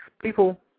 People